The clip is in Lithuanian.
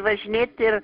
važinėt ir